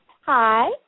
Hi